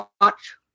watch